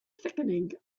thickening